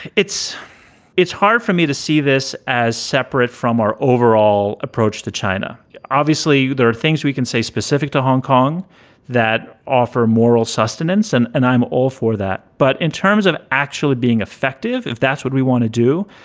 it's it's hard for me to see this as separate from our overall approach to china obviously, there are things we can say specific to hong kong that offer moral sustenance. and and i'm all for that. but. in terms of actually being effective, if that's what we want to do,